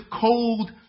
cold